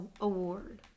Award